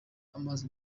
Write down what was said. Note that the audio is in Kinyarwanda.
amazi